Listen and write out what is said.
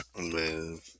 man